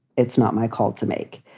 it's not my call to make.